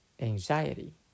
anxiety